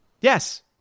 Yes